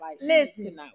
listen